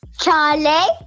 charlie